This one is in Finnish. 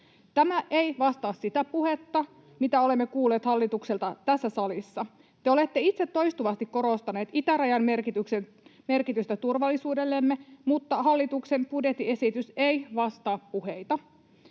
Tämä ei vastaa sitä puhetta, mitä olemme kuulleet hallitukselta tässä salissa. Te olette itse toistuvasti korostaneet itärajan merkitystä turvallisuudellemme, mutta hallituksen budjettiesitys ei vastaa puheita.